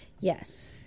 Yes